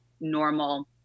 normal